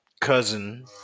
cousin